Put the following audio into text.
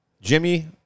Jimmy